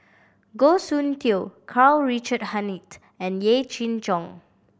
Goh Soon Tioe Karl Richard Hanitsch and Yee Jenn Jong